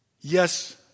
Yes